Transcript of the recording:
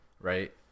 right